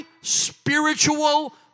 spiritual